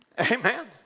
Amen